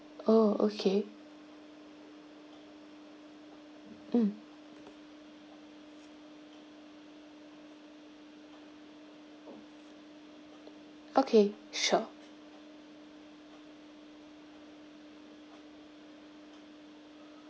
oh okay mm okay sure